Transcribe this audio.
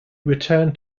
return